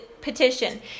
petition